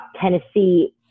Tennessee